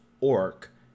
orc